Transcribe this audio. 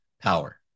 power